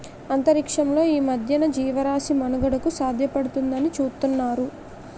అంతరిక్షంలో ఈ మధ్యన జీవరాశి మనుగడకు సాధ్యపడుతుందాని చూతున్నారు